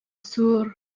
sur